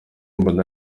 mbona